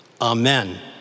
Amen